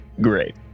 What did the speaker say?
Great